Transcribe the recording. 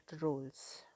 roles